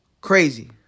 crazy